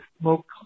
smoke